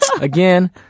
again